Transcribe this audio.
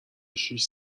شیش